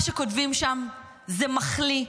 מה שכותבים שם זה מחליא,